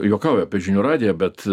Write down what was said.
juokauju apie žinių radiją bet